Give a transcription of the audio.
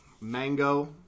mango